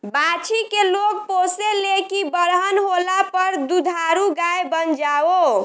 बाछी के लोग पोसे ले की बरहन होला पर दुधारू गाय बन जाओ